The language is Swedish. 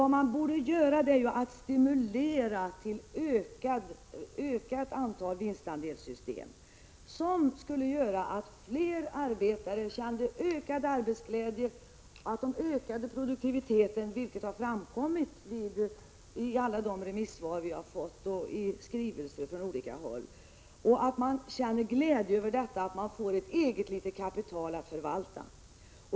Vad man borde göra är ju att stimulera till ett ökat antal vinstandelssystem. Det skulle leda till att fler arbetare kände större arbetsglädje. Det skulle öka engagemanget och produktiviteten, vilket har framkommit av alla de remissvar och skrivelser vi har fått från olika håll. Löntagarna känner glädje över att få ett eget litet kapital att förvalta.